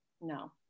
no